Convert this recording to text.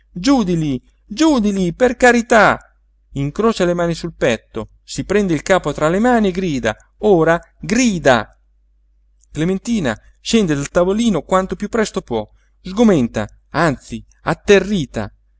di lí giú di lí per carità incrocia le mani sul petto si prende il capo tra le mani e grida ora grida clementina scende dal tavolino quanto piú presto può sgomenta anzi atterrita